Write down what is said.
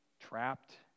trapped